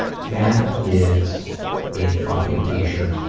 that is a fucking t-shirt.